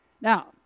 Now